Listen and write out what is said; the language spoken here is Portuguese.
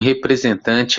representante